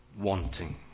wanting